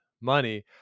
money